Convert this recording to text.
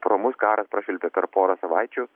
pro mus karas prašvilpė per pora savaičių